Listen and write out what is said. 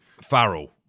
Farrell